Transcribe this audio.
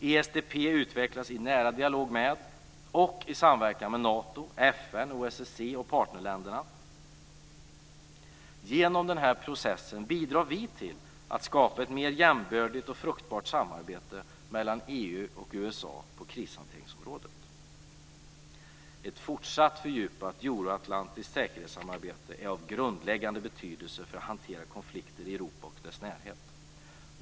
ESDP utvecklas i nära dialog med och i samverkan med Nato, FN, OSSE och partnerländerna. Genom denna process bidrar vi till att skapa ett mer jämbördigt och fruktbart samarbete mellan EU och USA på krishanteringsområdet. Ett fortsatt fördjupat euroatlantiskt säkerhetssamarbete är av grundläggande betydelse för att hantera konflikter i Europa och dess närhet.